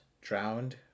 drowned